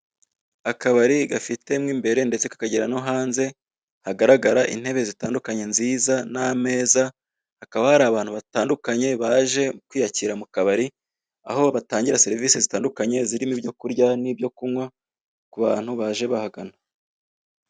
Akabari gafite mo imbere ndetse kakagira no hanze hagaragara inebe zitandukanye nziza n'ameza, hakaba hari abantu batandukanye baje kwiyakira mu kabari aho batangira serivise zitandukanye zirimo ibyo kurya n'ibyo kunywa ku bantu baje bahagana